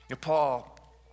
Paul